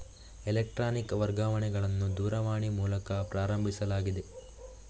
electronic ವರ್ಗಾವಣೆಗಳನ್ನು ದೂರವಾಣಿ ಮೂಲಕ ಪ್ರಾರಂಭಿಸಲಾಗಿದೆ